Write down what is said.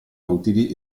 utili